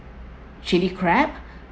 chilli crab